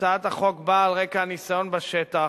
הצעת החוק באה על רקע הניסיון בשטח,